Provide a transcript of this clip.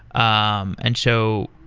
um and so